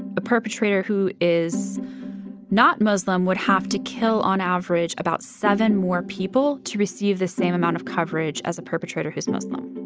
a perpetrator who is not muslim would have to kill on average about seven more people to receive the same amount of coverage as a perpetrator who's muslim